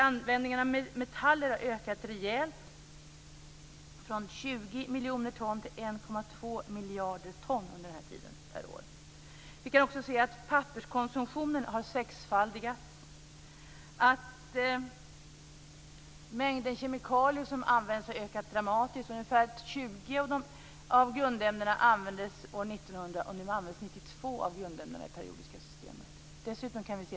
Användningen av metaller har ökat rejält från 20 miljoner ton till 1,2 miljarder ton per år under den här tiden. Vi kan också se att papperskonsumtionen har sexfaldigats och att mängden kemikalier som används har ökat dramatiskt. Ungefär 20 av grundämnena användes år 1900, och nu används 92 av grundämnena i det periodiska systemet.